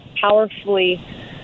powerfully